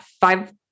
five